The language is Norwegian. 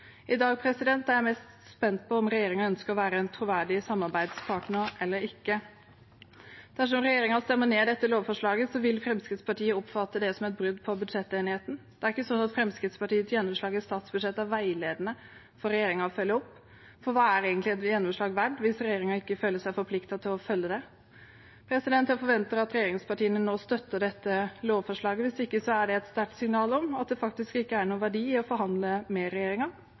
I dag er jeg mest spent på om regjeringen ønsker å være en troverdig samarbeidspartner eller ikke. Dersom regjeringen stemmer ned dette lovforslaget, vil Fremskrittspartiet oppfatte det som et brudd på budsjettenigheten. Det er ikke sånn at Fremskrittspartiets gjennomslag i et statsbudsjett er veiledende for regjeringen å følge opp. For hva er egentlig et gjennomslag verdt hvis regjeringen ikke føler seg forpliktet til å følge det opp? Jeg forventer at regjeringspartiene nå støtter dette lovforslaget. Hvis ikke er det et sterkt signal om at det faktisk ikke har noen verdi å forhandle med